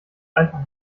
einfach